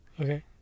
Okay